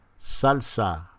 Salsa